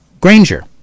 Granger